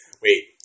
Wait